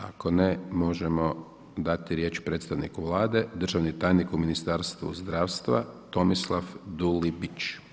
Ako ne, možemo dati riječ predstavniku Vlade, državni tajnik u Ministarstvu zdravstva Tomislav Dulibić.